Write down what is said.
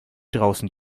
draußen